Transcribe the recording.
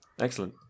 Excellent